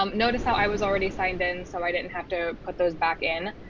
um notice how i was already signed in so i didn't have to put those back in.